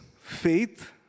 faith